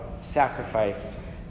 sacrifice